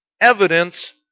evidence